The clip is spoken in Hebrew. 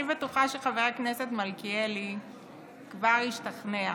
אני בטוחה שחבר הכנסת מלכיאלי כבר השתכנע.